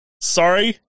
sorry